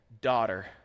Daughter